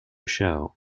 show